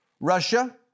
Russia